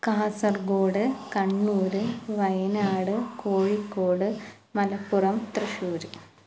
Kasaragod Kannur Wayanad Kozhikode Malappuram Thrissur